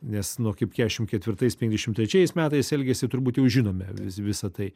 nes nuo kaip keturiasdešimt ketvirtais penkiasdešimt trečiais metais elgėsi turbūt jau žinome visa tai